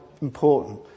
important